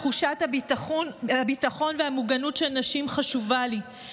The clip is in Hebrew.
תחושת הביטחון והמוגנות של נשים חשובה לי,